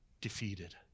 defeated